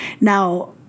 Now